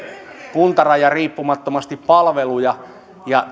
kuntarajariippumattomasti palveluja ja